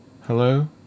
Hello